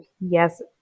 Yes